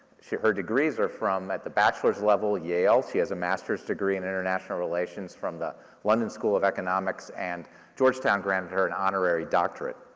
her degrees are from at the bachelor's level yale. she has a master's degree in international relations from the london school of economics, and georgetown granted her an honorary doctorate.